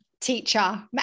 Teacher